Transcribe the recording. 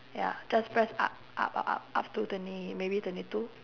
ya just press up up up up up to the twenty maybe twenty two